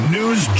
News